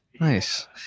Nice